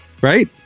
right